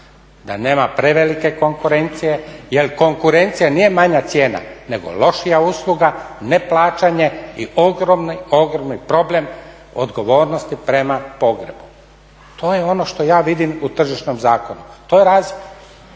Da nema prevelike konkurencije jer konkurencija nije mala cijena, nego lošija usluga, neplaćanje i ogromni, ogromni problem odgovornosti prema pogrebu. To je ono što ja vidim u Tržišnom zakonu, to je ….